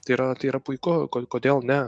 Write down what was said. tai yra tai yra puiku ko kodėl ne